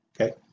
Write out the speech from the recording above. Okay